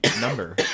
number